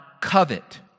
covet